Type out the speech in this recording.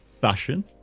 fashion